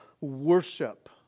worship